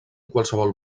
qualsevol